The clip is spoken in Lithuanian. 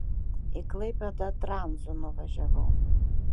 į klaipėdą tranzu nuvažiavau